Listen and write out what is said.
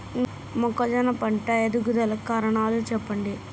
మొక్కజొన్న పంట ఎదుగుదల కు కారణాలు చెప్పండి?